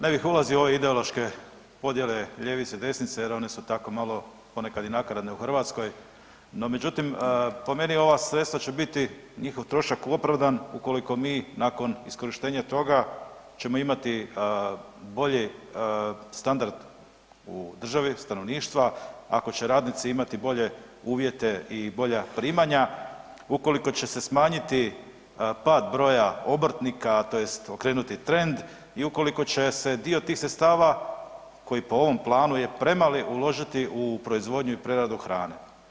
Ne bih ulazio u ove ideološke podjele ljevice, desnice jer one su tako malo ponekad i nakaradne u Hrvatskoj, no međutim po meni će ova sredstva će biti, njihov trošak opravdan ukoliko mi nakon iskorištenja toga ćemo imati bolji standard u državi stanovništva, ako će radnici imati bolje uvjete i bolja primanja, ukoliko će se smanjiti pad broja obrtnika tj. okrenuti trend i ukoliko će se dio tih sredstava koji po ovom planu je premali uložiti u proizvodnju i preradu hrane.